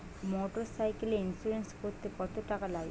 মোটরসাইকেলের ইন্সুরেন্স করতে কত টাকা লাগে?